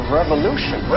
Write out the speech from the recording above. revolution